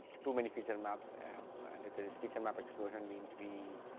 too many feature maps and it it is feature map explosion, we and we